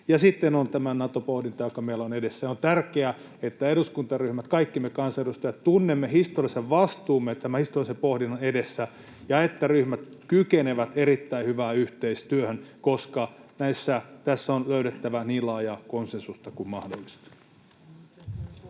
Ja sitten on tämä Nato-pohdinta, joka meillä on edessä. On tärkeää, että eduskuntaryhmät, kaikki me kansanedustajat tunnemme historiallisen vastuumme tämän historiallisen pohdinnan edessä ja että ryhmät kykenevät erittäin hyvään yhteistyöhön, koska tässä on löydettävä niin laajaa konsensusta kuin mahdollista.